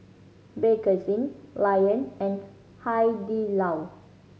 Bakerzin Lion and Hai Di Lao